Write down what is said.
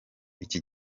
iki